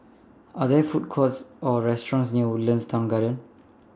Are There Food Courts Or restaurants near Woodlands Town Garden